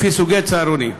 לפי סוגי צהרונים.